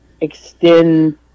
extend